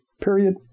period